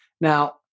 Now